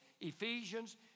Ephesians